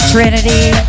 Trinity